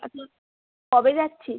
কবে যাচ্ছিস